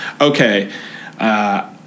okay